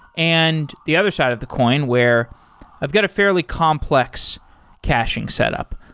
and the other side of the coin where i've got a fairly complex caching setup.